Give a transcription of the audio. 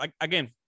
again